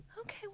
Okay